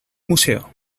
museo